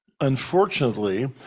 Unfortunately